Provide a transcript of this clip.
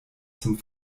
zum